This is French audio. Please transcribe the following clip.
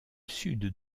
sud